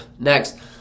Next